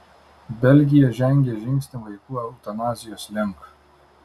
belgija žengė žingsnį vaikų eutanazijos link